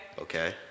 Okay